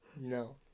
No